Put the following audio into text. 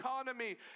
economy